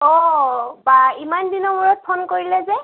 অঁ বা ইমান দিনৰ মূৰত ফোন কৰিলে যে